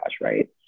right